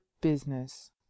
business